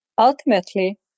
Ultimately